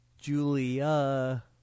Julia